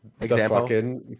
example